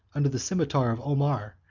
under the cimeter of omar,